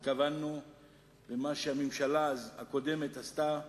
התכוונו ומה שהממשלה הקודמת עשתה.